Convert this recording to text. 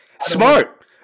Smart